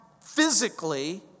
physically